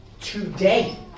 today